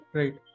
right